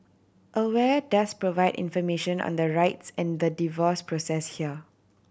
aware does provide information on the rights and the divorce process here